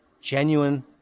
genuine